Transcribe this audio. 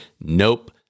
nope